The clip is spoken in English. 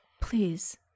Please